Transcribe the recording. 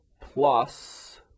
plus